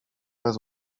bez